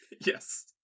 Yes